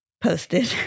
posted